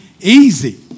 easy